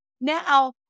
now